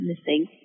missing